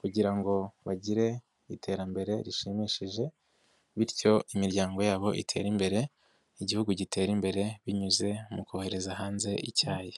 kugira ngo bagire iterambere rishimishije bityo imiryango yabo itere imbere, Igihugu gitere imbere binyuze mu kohereza hanze icyayi.